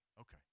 Okay